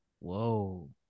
Whoa